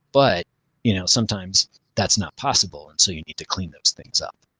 but you know sometimes that's not possible and so you need to clean those things up.